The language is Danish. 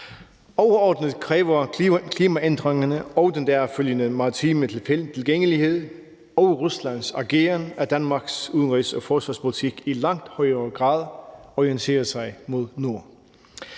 Overordnet kræver klimaændringerne og den deraf følgende maritime tilgængelighed og Ruslands ageren, at Danmarks udenrigs- og forsvarspolitik i langt højere grad orienterer sig mod nord.